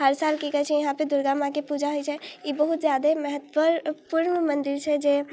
हर साल कि कहै छै इहाँपर दुर्गा माँके पूजा होइ छै ई बहुत ज्यादे महत्वपर पूर्ण मन्दिर छै जे